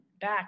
back